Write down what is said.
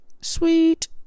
Sweet